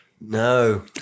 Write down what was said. No